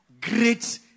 great